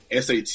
SAT